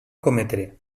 cometre